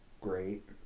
great